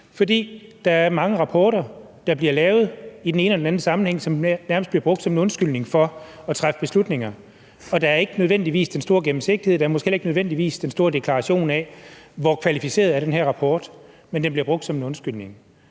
bliver lavet mange rapporter i den ene og den anden sammenhæng, som nærmest bliver brugt som en undskyldning for at træffe beslutninger. Og der er ikke nødvendigvis den store gennemsigtighed, og der er måske heller ikke nødvendigvis den store deklaration af, hvor kvalificeret den her rapport er. Men den bliver brugt som en undskyldning.